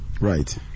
Right